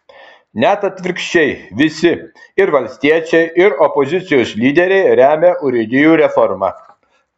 net atvirkščiai visi ir valstiečiai ir opozicijos lyderiai remia urėdijų reformą